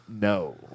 No